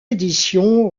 édition